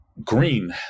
Green